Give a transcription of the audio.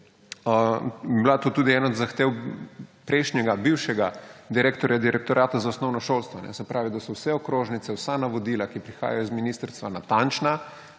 bila tudi ena od zahtev prejšnjega, bivšega direktorja Direktorata za osnovno šolstvo. Se pravi, da so vse okrožnice, vsa navodila, ki prihajajo iz ministrstva, natančna,